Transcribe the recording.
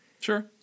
Sure